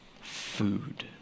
food